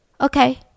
okay